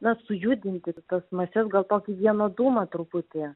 na sujudinti tas mases gal tokį vienodumą truputį